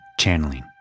Channeling